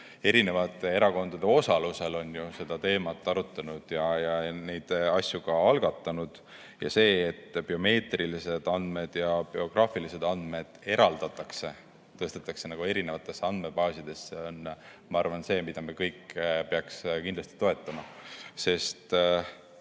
erinevate erakondade osalusel on seda teemat arutanud ja neid asju ka algatanud. See, et biomeetrilised andmed ja biograafilised andmed eraldatakse, tõstetakse erinevatesse andmebaasidesse, on, ma arvan, see, mida me kõik peaksime kindlasti toetama.